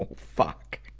um fuck!